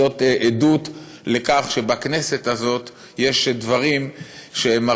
זאת עדות לכך שבכנסת הזאת יש דברים שהם